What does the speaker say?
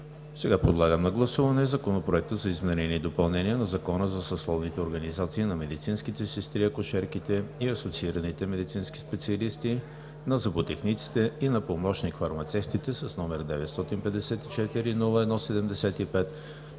Сега подлагам на гласуване Законопроект за изменение и допълнение на Закона за съсловните организации на медицинските сестри, акушерките и асоциираните медицински специалисти, на зъботехниците и на помощник-фармацевтите с № 954-01-75,